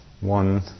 one